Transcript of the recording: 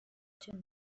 kiri